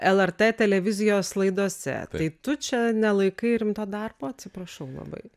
lrt televizijos laidose tai tu čia nelaikai rimto darbo atsiprašau labai